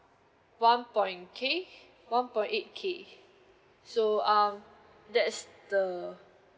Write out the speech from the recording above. one point K one point eight K so um that's the